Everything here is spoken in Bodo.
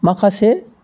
माखासे